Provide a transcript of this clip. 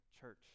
church